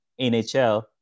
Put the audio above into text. NHL